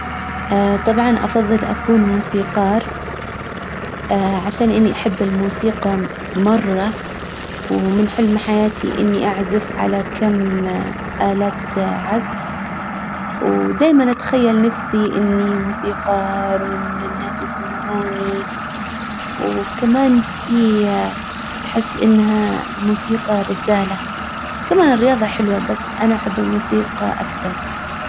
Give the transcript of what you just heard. طبعا افظل اكون موسيقار عشان اني احب الموسيقى مرة ومن حلم حياتي اني اعزف على كم الات عزف ودايما اتخيل نفسي اني موسيقار وان الناس يسمعوني وكمان في احس انها موسيقى رسالة. كمان الرياضة حلوة بس انا احب الموسيقى اكثر.